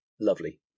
Lovely